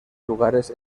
lugares